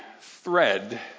thread